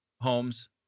homes